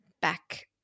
back